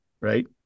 right